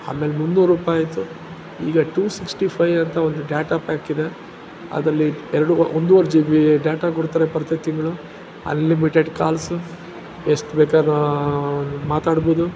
ಆಮೇಲೆ ಮುನ್ನೂರು ರೂಪಾಯಿ ಆಯಿತು ಈಗ ಟು ಸಿಕ್ಸ್ಟಿ ಫೈ ಅಂತ ಒಂದು ಡಾಟಾ ಪ್ಯಾಕಿದೆ ಅದರಲ್ಲಿ ಎರಡು ಒಂದೂವರೆ ಜಿ ಬಿ ಡಾಟಾ ಕೊಡ್ತಾರೆ ಪ್ರತಿ ತಿಂಗಳು ಅನ್ಲಿಮಿಟೆಡ್ ಕಾಲ್ಸು ಎಷ್ಟು ಬೇಕಾದ್ರು ಮಾತಾಡ್ಬೋದು